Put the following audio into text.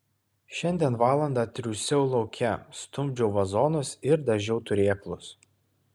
šiandien valandą triūsiau lauke stumdžiau vazonus ir dažiau turėklus